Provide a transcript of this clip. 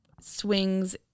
swings